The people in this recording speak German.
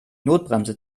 notbremse